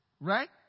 Right